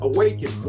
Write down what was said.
Awaken